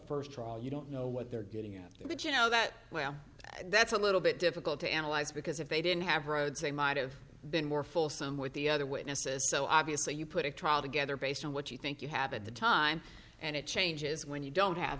the st trial you don't know what they're getting out there but you know that well that's a little bit difficult to analyze because if they didn't have roads they might have been more fulsome with the other witnesses so obviously you put a trial together based on what you think you have at the time and it changes when you don't have